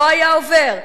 לא היה עובר,